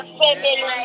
family